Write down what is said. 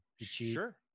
Sure